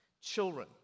children